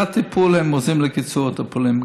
זה הטיפול, הם עוזרים לקיצור הטיפולים.